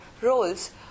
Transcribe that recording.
roles